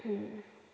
हं